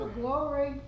glory